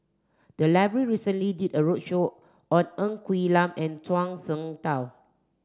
the library recently did a roadshow on Ng Quee Lam and Zhuang Shengtao